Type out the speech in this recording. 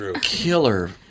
killer